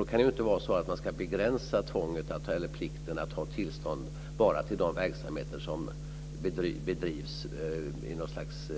Då kan det inte vara så att man ska begränsa plikten att ha tillstånd bara till de verksamheter som bedrivs med något slags